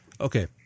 Okay